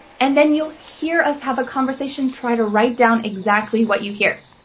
and then you'll hear us have a conversation. try to write down exactly what you hear.